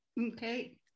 Okay